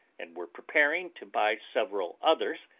and were preparing to buy several others,